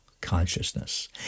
consciousness